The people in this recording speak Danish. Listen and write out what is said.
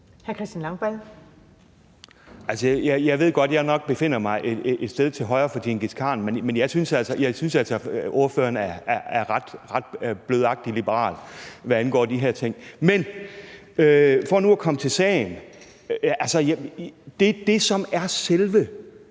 Jeg ved godt, at jeg nok befinder mig et sted til højre for Djengis Khan, men jeg synes altså, at ordføreren er en ret blødagtig liberal, hvad angår de her ting. For nu at komme til sagen vil jeg sige, at det, der er selve